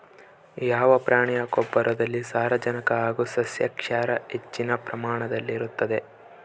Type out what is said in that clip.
ಯಾವ ಪ್ರಾಣಿಯ ಗೊಬ್ಬರದಲ್ಲಿ ಸಾರಜನಕ ಹಾಗೂ ಸಸ್ಯಕ್ಷಾರ ಹೆಚ್ಚಿನ ಪ್ರಮಾಣದಲ್ಲಿರುತ್ತದೆ?